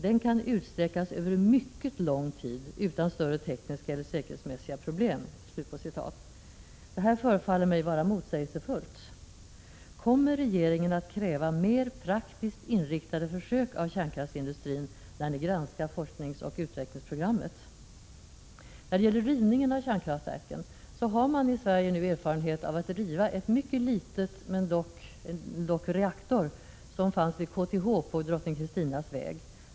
Den kan utsträckas över mycket lång tid utan större tekniska eller säkerhetsmässiga problem.” Detta förefaller mig vara motsägelsefullt. Kommer regeringen att kräva mer praktiskt inriktade försök av kärnkraftsindustrin när regeringen granskar forskningsoch utvecklingsprogrammet? Beträffande rivning av kärnkraftverk har vi i Sverige erfarenhet av att riva en mycket liten reaktor, men dock en reaktor, som fanns vid KTH vid Drottning Kristinas väg.